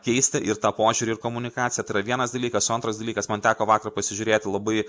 keisti ir tą požiūrį ir komunikaciją tai yra vienas dalykas o antras dalykas man teko vakar pasižiūrėti labai